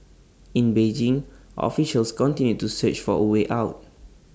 in Beijing officials continue to search for A way out